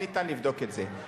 וניתן לבדוק את זה.